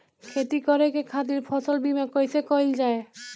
खेती करे के खातीर फसल बीमा कईसे कइल जाए?